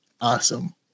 awesome